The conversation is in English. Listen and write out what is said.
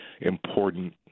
important